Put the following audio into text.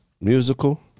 Musical